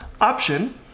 option